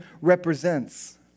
represents